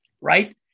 right